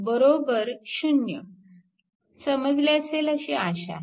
समजले असेल अशी आशा आहे